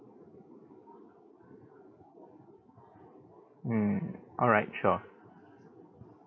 mm alright sure